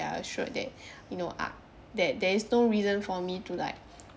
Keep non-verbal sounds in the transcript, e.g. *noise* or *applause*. are assured that *breath* you know a~ that there is no reason for me to like